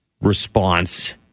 response